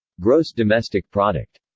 gross domestic product